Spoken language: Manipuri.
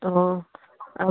ꯑꯣ ꯑꯥ